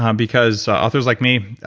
um because authors like me,